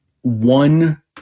one